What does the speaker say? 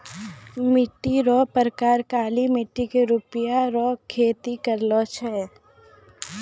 मिट्टी रो प्रकार काली मट्टी मे रुइया रो खेती करलो जाय छै